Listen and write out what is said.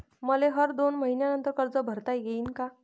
मले हर दोन मयीन्यानंतर कर्ज भरता येईन का?